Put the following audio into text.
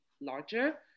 larger